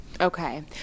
Okay